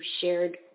shared